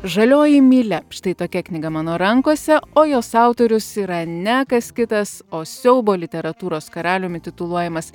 žalioji mylia štai tokia knyga mano rankose o jos autorius yra ne kas kitas o siaubo literatūros karaliumi tituluojamas